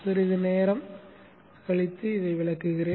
சிறிது நேரம் கழித்து விளக்குகிறேன்